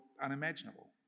unimaginable